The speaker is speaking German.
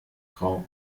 grau